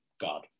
god